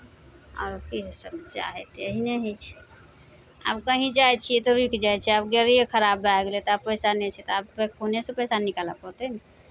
आरो की समस्या हेतै एहिने होइ छै आब कहीँ जाइ छियै तऽ रुकि जाइ छियै आब गाड़िए खराब भए गेलै तऽ आब पैसा नहि छै तऽ आब पे फोनेसँ पैसा निकालय पड़तै ने